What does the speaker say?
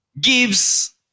gives